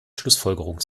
schlussfolgerung